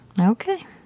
Okay